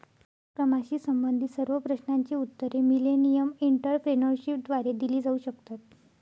उपक्रमाशी संबंधित सर्व प्रश्नांची उत्तरे मिलेनियम एंटरप्रेन्योरशिपद्वारे दिली जाऊ शकतात